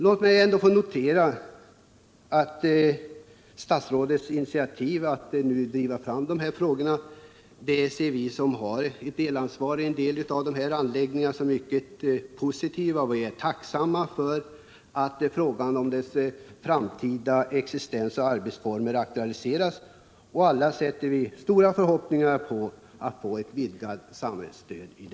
Låt mig ändå få notera att statsrådets initiativ att driva fram dessa frågor ser vi, som har ett medansvar för dessa anläggningar, som mycket positivt. Vi är tacksamma för att deras framtida existens och arbetsformer aktualiseras, och vi ställer stora förhoppningar på ett vidgat samhällsstöd.